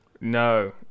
No